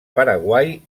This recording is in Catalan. paraguai